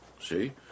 See